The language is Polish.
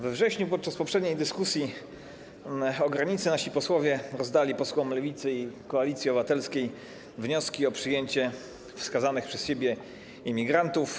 We wrześniu podczas poprzedniej dyskusji na temat granicy nasi posłowie rozdali posłom Lewicy i Koalicji Obywatelskiej wnioski o przyjęcie wskazanych przez siebie imigrantów.